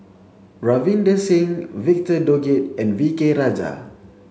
Ravinder Singh Victor Doggett and V K Rajah